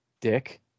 dick